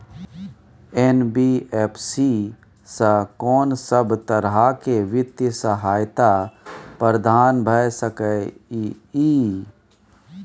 NBFC स कोन सब तरह के वित्तीय सहायता प्रदान भ सके इ? इ